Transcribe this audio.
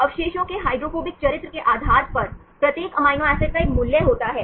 अवशेषों के हाइड्रोफोबिक चरित्र के आधार पर प्रत्येक अमीनो एसिड का एक मूल्य होता है